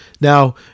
now